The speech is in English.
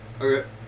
Okay